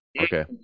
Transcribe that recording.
Okay